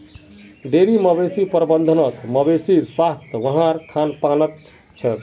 dairy मवेशी प्रबंधत मवेशीर स्वास्थ वहार खान पानत छेक